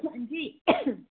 हंजी